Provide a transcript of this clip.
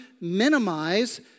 minimize